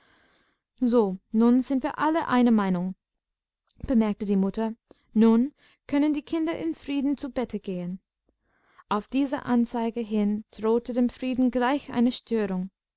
so nun sind wir alle einer meinung bemerkte die mutter nun können die kinder in frieden zu bette gehen auf diese anzeige hin drohte dem frieden gleich eine störung